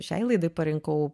šiai laidai parinkau